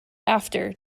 after